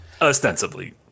ostensibly